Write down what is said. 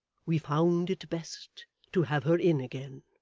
we found it best to have her in again